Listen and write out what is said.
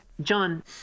John